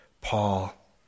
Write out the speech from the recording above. Paul